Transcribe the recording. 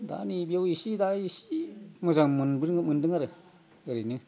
दा नैबेयाव एसे दा एसे मोजां मोनग्रोनाय मोन्दों आरो ओरैनो